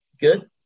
good